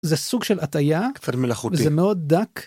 זה סוג של עטייה קצת מלאכותי זה מאוד דק.